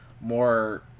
more